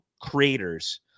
creators